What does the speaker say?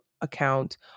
account